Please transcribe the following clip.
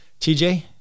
TJ